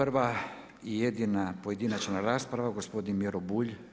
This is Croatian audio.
Prva i jedina pojedinačna rasprava gospodin Miro Bulj.